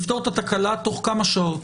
לפתור את התקלה תוך כמה שעות,